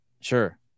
Sure